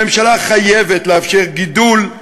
הממשלה חייבת לאפשר גידול,